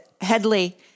Headley